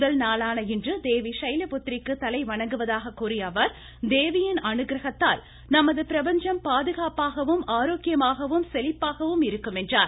முதல்நாளான இன்று தேவி ஷைலபுத்ரிக்கு தலை வணங்குவதாக கூறிய அவர் தேவியின் அணுகிரகத்தால் நமது பிரபஞ்சம் பாதுகாப்பாகவும் ஆரோக்கியமாகவும் செழிப்பாகவும் இருக்கும் என்றார்